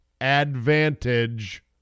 advantage